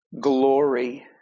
glory